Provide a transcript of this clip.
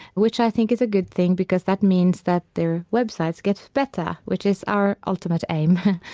which i think is a good thing because that means that their websites get better, which is our ultimate aim,